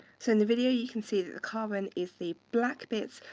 so in the video, you can see that the carbon is the black bits,